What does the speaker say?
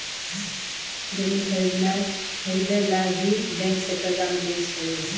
जमीन खरीदे ला भी बैंक से कर्जा मिले छै यो?